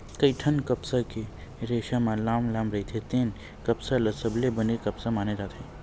कइठन कपसा के रेसा ह लाम लाम रहिथे तेन कपसा ल सबले बने कपसा माने जाथे